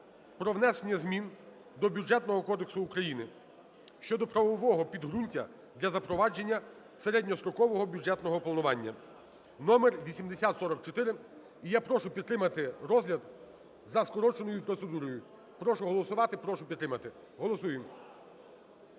про внесення змін до Бюджетного кодексу України (щодо правового підґрунтя для запровадження середньострокового бюджетного планування) (№ 8044). І я прошу підтримати розгляд за скороченою процедурою. Прошу голосувати. Прошу підтримати. Голосуємо!